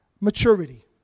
maturity